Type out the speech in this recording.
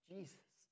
Jesus